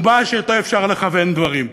הוא מס שאפשר לכוון אתו דברים,